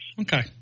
Okay